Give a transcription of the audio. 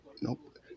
Nope